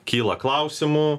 kyla klausimų